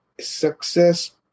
success